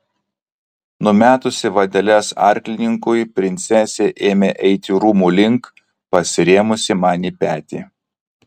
numetusi vadeles arklininkui princesė ėmė eiti rūmų link pasirėmusi man į petį